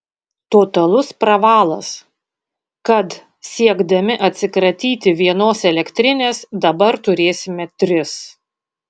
totalus pravalas kad siekdami atsikratyti vienos elektrinės dabar turėsime tris